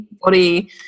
body